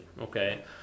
Okay